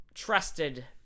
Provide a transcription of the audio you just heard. trusted